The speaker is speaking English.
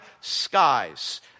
skies